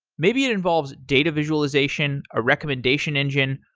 maybe it involves data visualization, a recommendation engine,